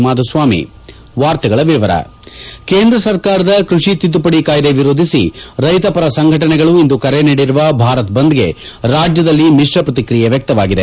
ಮಾಧುಸ್ವಾಮಿ ಕೇಂದ್ರ ಸರ್ಕಾರದ ಕೃಷಿ ತಿದ್ದುಪಡಿ ಕಾಯ್ದೆ ವಿರೋಧಿಸಿ ರೈತಪರ ಸಂಘಟನೆಗಳು ಇಂದು ಕರೆ ನೀಡಿರುವ ಭಾರತ್ ಬಂದ್ಗೆ ರಾಜ್ಯದಲ್ಲಿ ಮಿಶ್ರ ಪ್ರತಿಕ್ರಿಯೆ ವ್ಯಕ್ಕವಾಗಿದೆ